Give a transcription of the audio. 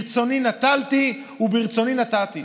ברצוני נטלתי וברצוני נתתי.